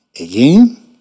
Again